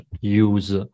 use